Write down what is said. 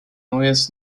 neues